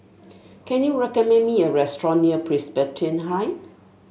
can you recommend me a restaurant near Presbyterian High